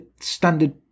standard